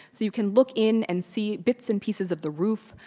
so you can look in and see bits and pieces of the roof,